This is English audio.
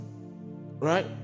right